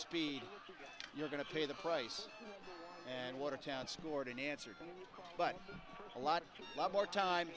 speed you're going to pay the price and watertown scored an answer but a lot more